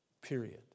period